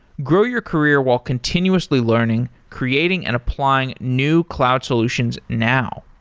grow your career while continuously learning, creating and applying new cloud solutions now.